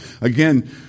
again